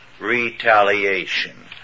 retaliation